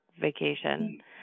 vacation